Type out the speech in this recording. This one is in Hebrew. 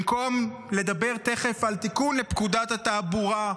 במקום לדבר תכף על תיקון לפקודת התעבורה,